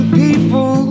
people